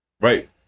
Right